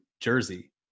jersey